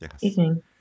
evening